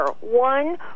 one